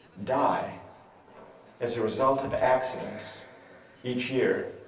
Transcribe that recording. die as a result of accidents each year